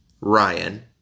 Ryan